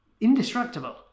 indestructible